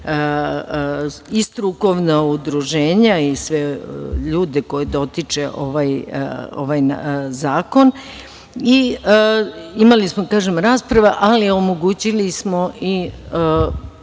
i strukovna udruženja i sve ljude koje dotiče ovaj zakon. Imali smo kažem rasprave, ali omogućili smo i